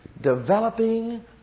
Developing